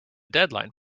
deadline